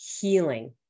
healing